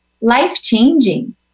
life-changing